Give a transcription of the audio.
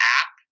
app